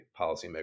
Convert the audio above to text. policymakers